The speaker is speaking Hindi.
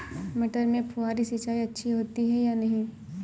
मटर में फुहरी सिंचाई अच्छी होती है या नहीं?